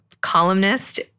columnist